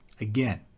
again